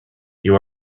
you